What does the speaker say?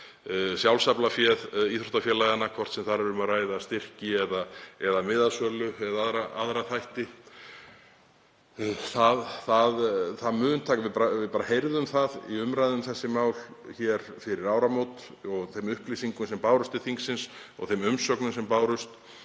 sjálfsaflafé íþróttafélaganna, hvort sem þar er um að ræða styrki eða miðasölu eða aðra þætti. Við heyrðum það í umræðum um þessi mál fyrir áramót og þeim upplýsingum sem bárust til þingsins og þeim umsögnum sem bárust